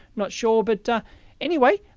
not sure. but anyway,